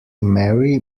marry